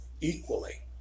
equally